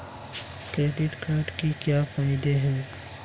Credit card के क्या फायदे हैं?